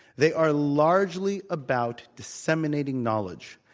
they are largely about disseminating knowledge,